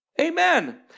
Amen